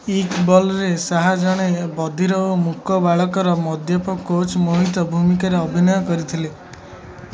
ଇକ୍ବଲରେ ଶାହା ଜଣେ ବଧିର ଓ ମୂକ ବାଳକର ମଦ୍ୟପ କୋଚ୍ ମୋହିତ ଭୂମିକାରେ ଅଭିନୟ କରିଥିଲେ